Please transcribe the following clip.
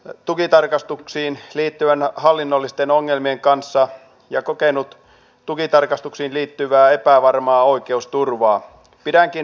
nyt tullitarkastuksiin liittyvänä hallinnollisten ongelmien kanssa ja kokenut tukitarkastuksiin liittyvää epävarmaa oikeusturvaa pitääkin